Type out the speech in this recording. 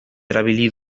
erabili